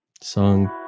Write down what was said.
song